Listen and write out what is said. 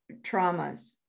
traumas